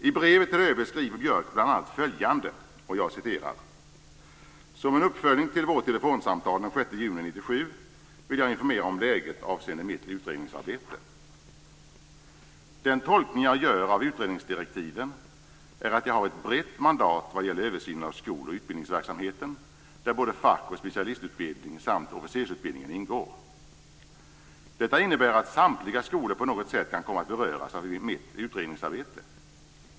I brevet till ÖB skriver Björk bl.a. följande: "Som en uppföljning till vårt telefonsamtal den 6 juni 1997 vill jag informera om läget avseende mitt utredningsarbete. Den tolkning jag gör av utredningsdirektiven är att jag har ett brett mandat vad gäller översynen av skoloch utbildningsverksamheten där både fack och specialistutbildningen samt officersutbildningen ingår. Detta innebär att samtliga skolor på något sätt kan komma att beröras av mitt utredningsarbete.